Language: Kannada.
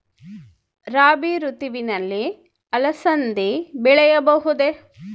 ರಾಭಿ ಋತುವಿನಲ್ಲಿ ಅಲಸಂದಿ ಬೆಳೆಯಬಹುದೆ?